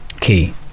Key